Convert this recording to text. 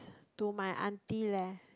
to my auntie leh